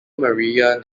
maria